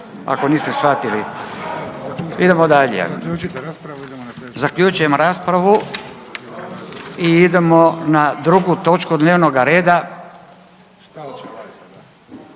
ako niste shvatili. Idemo dalje. Zaključujem raspravu. **Jandroković, Gordan